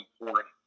important